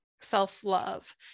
self-love